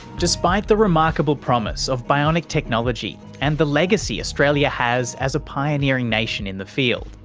despite the remarkable promise of bionic technology and the legacy australia has as a pioneering nation in the field,